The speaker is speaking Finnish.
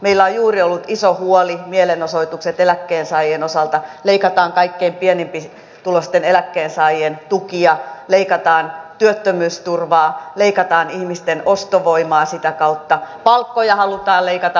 meillä on juuri ollut iso huoli mielenosoitukset eläkkeensaajien osalta leikataan kaikkein pienituloisimpien eläkkeensaajien tukia leikataan työttömyysturvaa leikataan ihmisten ostovoimaa sitä kautta palkkoja halutaan leikata väen vängällä